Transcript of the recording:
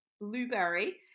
Blueberry